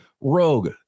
Rogue